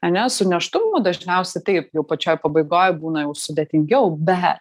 ane su nėštumu dažniausiai taip jau pačioj pabaigoj būna jau sudėtingiau bet